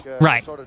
Right